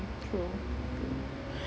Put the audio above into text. true